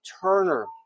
turner